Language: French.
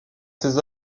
ses